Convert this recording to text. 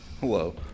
Hello